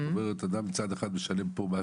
זאת אומרת מצד אחד אדם משלם פה מס